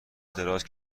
دراز